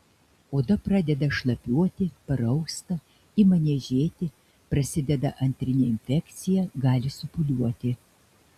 oda pradeda šlapiuoti parausta ima niežėti prasideda antrinė infekcija gali supūliuoti